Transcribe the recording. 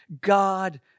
God